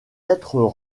êtres